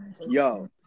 Yo